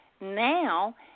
Now